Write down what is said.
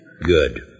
Good